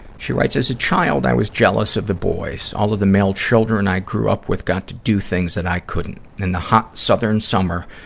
she writes, as a child, i was jealous of the boys. all of the male children i grew up with got to do things i couldn't. in the hot, southern summer,